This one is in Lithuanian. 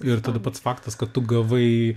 ir tada pats faktas kad tu gavai